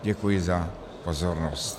Děkuji za pozornost.